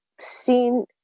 seen